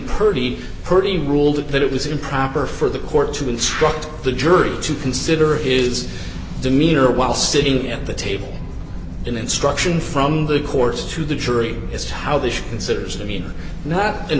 purty purty ruled that it was improper for the court to instruct the jury to consider is demeanor while sitting at the table an instruction from the courts to the jury as to how this considers i mean not